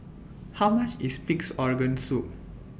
How much IS Pig'S Organ Soup